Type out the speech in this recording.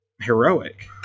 heroic